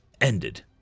ended